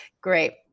great